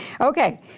Okay